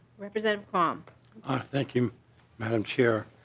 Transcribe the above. representative quam ah thank you mme. and um chair.